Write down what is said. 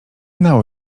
nało